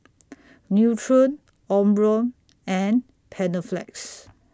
Nutren Omron and Panaflex